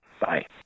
Bye